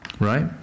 Right